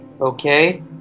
Okay